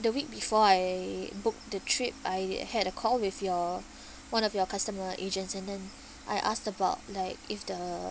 the week before I booked the trip I had a call with your one of your customer agents and then I asked about like if the